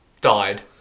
died